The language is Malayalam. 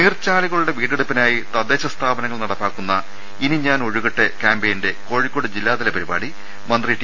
നീർച്ചാലുകളുടെ വീണ്ടെടുപ്പിനായി തദ്ദേശ സ്ഥാപനങ്ങൾ നടപ്പാക്കുന്ന ഇനി ഞാൻ ഒഴുകട്ടെ കാമ്പയിന്റെ കോഴിക്കോട് ജില്ലാതല പരിപാടി മന്ത്രി ടി